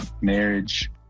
marriage